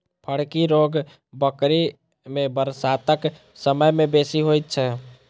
फड़की रोग बकरी मे बरसातक समय मे बेसी होइत छै